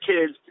kids